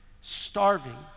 starving